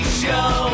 show